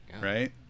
right